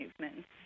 movements